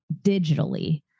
digitally